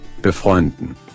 befreunden